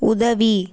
உதவி